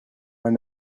when